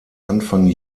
anfang